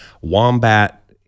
wombat